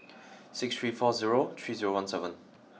six three four zero three zero one seven